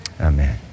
Amen